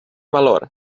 valor